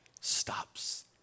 stops